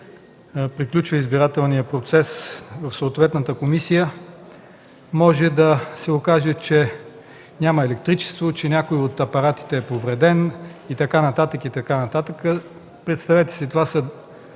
приключи избирателният процес в съответната комисия, може да се окаже, че няма електричество, че някой от апаратите е повреден и така нататък, и така нататък. Представете си